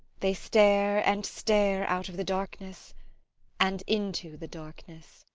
they stare and stare out of the darkness and into the darkness.